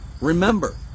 Remember